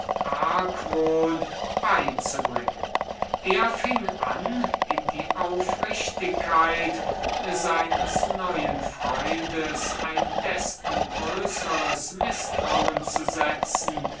argwohn beizubringen er fing an in die aufrichtigkeit seines neuen freundes ein desto größeres mißtrauen zu setzen